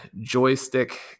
joystick